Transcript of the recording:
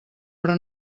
però